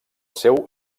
seu